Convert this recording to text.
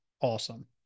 awesome